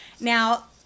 Now